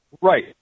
Right